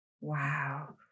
Wow